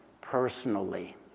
personally